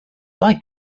like